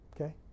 Okay